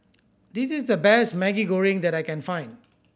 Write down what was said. this is the best Maggi Goreng that I can find